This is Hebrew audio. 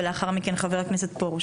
ולאחר מכן חבר הכנסת פרוש.